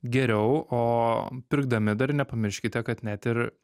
geriau o pirkdami dar nepamirškite kad net ir